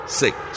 six